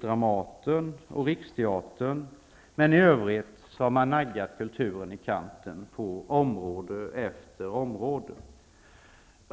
Dramaten och Riksteatern, men i övrigt har man naggat kulturen i kanten på område efter område.